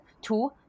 Two